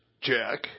Jack